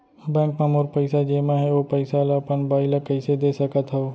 Bank म मोर पइसा जेमा हे, ओ पइसा ला अपन बाई ला कइसे दे सकत हव?